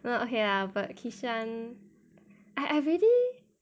no okay lah but kishan I I really